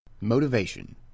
Motivation